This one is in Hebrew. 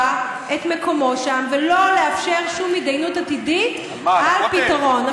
את מקומו שם ולא לאפשר שום התדיינות עתידית על פתרון.